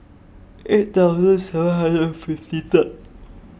eight thousand seven hundred and fifty Third